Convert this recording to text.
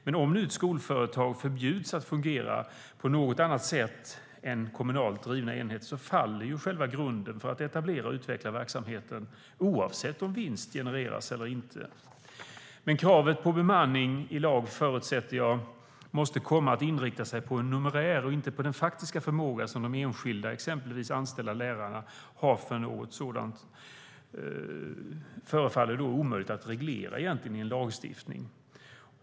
Kravet på bemanning i lag förutsätter jag måste komma att inrikta sig på en numerär och inte en faktisk förmåga som exempelvis de enskilda anställda lärarna har för något sådant. Det förefaller då egentligen omöjligt att reglera det i en lagstiftning.